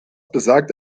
besagt